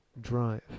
drive